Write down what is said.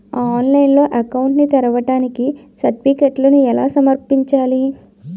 ఆన్లైన్లో అకౌంట్ ని తెరవడానికి సర్టిఫికెట్లను ఎలా సమర్పించాలి?